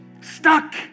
stuck